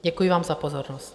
Děkuji vám za pozornost.